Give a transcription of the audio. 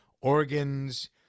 organs